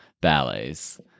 ballets